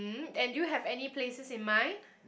and do you have any places in mind